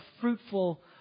fruitful